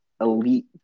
elite